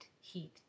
heat